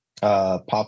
Pop